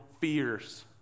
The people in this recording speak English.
fears